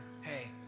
hey